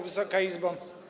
Wysoka Izbo!